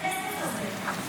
צריך את הכסף הזה.